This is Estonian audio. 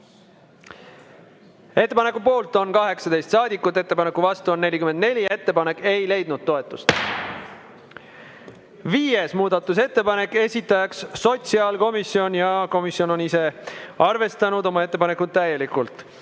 Ettepaneku poolt on 18 saadikut, ettepaneku vastu on 44. Ettepanek ei leidnud toetust. Viies muudatusettepanek, esitaja sotsiaalkomisjon ja komisjon on ise arvestanud oma ettepanekut täielikult.